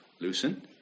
loosen